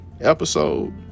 episode